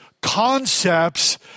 concepts